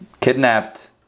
kidnapped